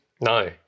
No